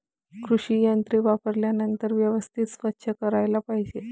कृषी यंत्रे वापरल्यानंतर व्यवस्थित स्वच्छ करायला पाहिजे